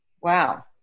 wow